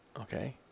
okay